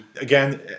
Again